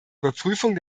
überprüfung